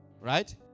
Right